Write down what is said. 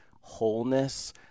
wholeness